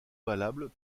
valables